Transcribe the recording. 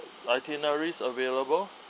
itineraries available